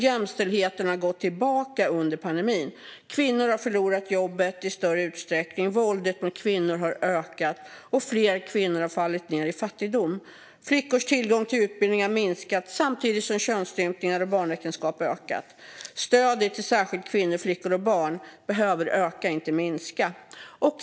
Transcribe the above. Jämställdheten har gått tillbaka under pandemin. Kvinnor har förlorat jobbet i större utsträckning, våldet mot kvinnor har ökat och fler kvinnor har fallit ned i fattigdom. Flickors tillgång till utbildning har minskat samtidigt som könsstympning och barnäktenskap ökat. Stödet särskilt till kvinnor, flickor och barn behöver öka, inte minska.